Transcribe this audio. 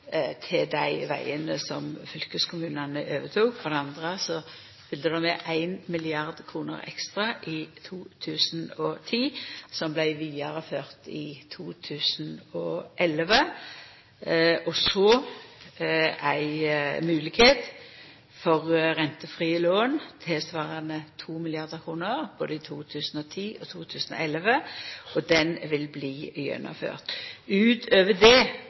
til dei vegane som fylkeskommunane overtok, for det andre følgde det med 1 mrd. kr ekstra i 2010, som vart vidareført i 2011, og så fekk dei moglegheit for rentefrie lån tilsvarande 2 mrd. kr både i 2010 og 2011. Og det vil bli gjennomført. Utover det